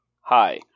Hi